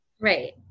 Right